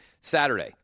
Saturday